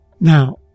Now